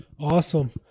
Awesome